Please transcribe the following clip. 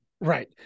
Right